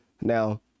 Now